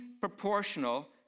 proportional